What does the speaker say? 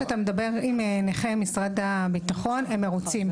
כשאתה מדבר עם נכי משרד הביטחון הם מרוצים,